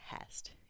test